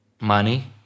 Money